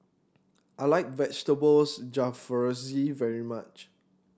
I like Vegetables Jalfrezi very much